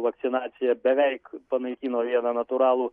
vakcinacija beveik panaikino vieną natūralų